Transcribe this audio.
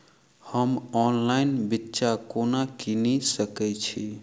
हम ऑनलाइन बिच्चा कोना किनि सके छी?